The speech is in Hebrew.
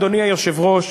אדוני היושב-ראש,